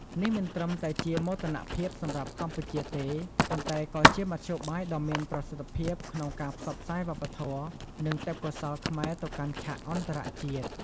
នេះមិនត្រឹមតែជាមោទនភាពសម្រាប់កម្ពុជាទេ ប៉ុន្តែក៏ជាមធ្យោបាយដ៏មានប្រសិទ្ធភាពក្នុងការផ្សព្វផ្សាយវប្បធម៌ និងទេពកោសល្យខ្មែរទៅកាន់ឆាកអន្តរជាតិ។